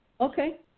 Okay